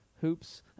hoops